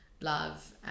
love